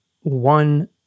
one